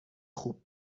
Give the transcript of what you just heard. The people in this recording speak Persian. خوب